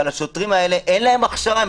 אבל לשוטרים האלה אין הכשרה,